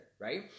right